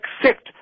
accept